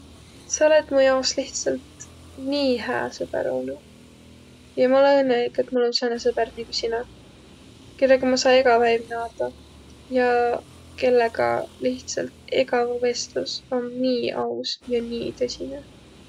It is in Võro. Sa olõt muq jaos lihtsält nii hää sõbõr olnuq ja ma olõ õnnõlik, et mul om sääne sõbõr nigu sina, kellega ma saa ega päiv naardaq ja kellega lihtsält ega vestlus om nii aus ja nii tõsinõ.